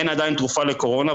אין עדיין תרופה לקורונה,